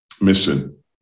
mission